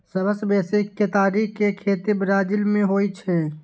सबसं बेसी केतारी के खेती ब्राजील मे होइ छै